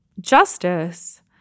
justice